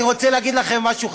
אני רוצה להגיד לכם משהו,